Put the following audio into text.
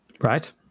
Right